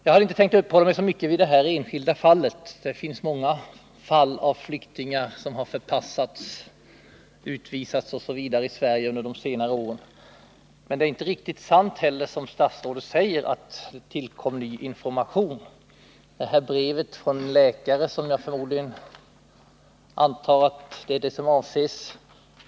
Jag hade inte tänkt uppehålla mig så mycket vid det här enskilda fallet — det finns många flyktingar som förpassats, utvisats osv. från Sverige under de senare åren. Men när statsrådet säger att det tillkommit ny information, är detta inte riktigt sant. Jag antar att det är brevet från läkaren som avses.